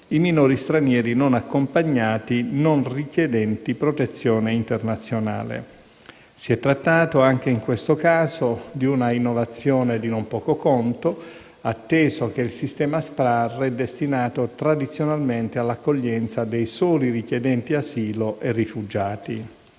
i minori stranieri non accompagnati non richiedenti protezione internazionale. Si è trattato anche in questo caso di un'innovazione di non poco conto, atteso che il sistema SPRAR è destinato tradizionalmente all'accoglienza dei soli richiedenti asilo e rifugiati.